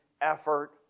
effort